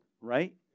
Right